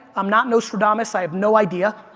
i'm not nostradamus, i have no idea.